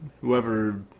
Whoever